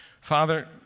Father